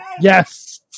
Yes